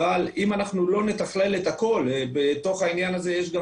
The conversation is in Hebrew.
אבל אם אנחנו לא נתכלל את הכול בתוך העניין הזה יש גם